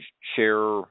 share